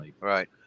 Right